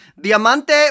Diamante